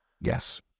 Yes